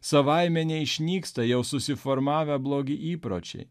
savaime neišnyksta jau susiformavę blogi įpročiai